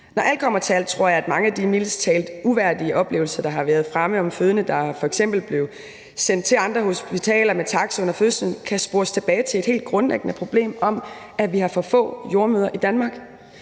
Når alt kommer til alt, tror jeg, at mange af de mildest talt uværdige oplevelser, der har været fremme om fødende, der f.eks. blev sendt til hospitaler med taxa under fødslen, kan spores tilbage til et helt grundlæggende problem med, at vi har for få jordemødre i Danmark.